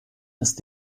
ist